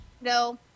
No